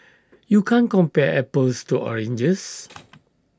you can't compare apples to oranges